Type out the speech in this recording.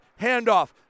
handoff